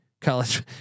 college